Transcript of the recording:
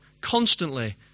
constantly